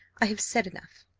i have said enough.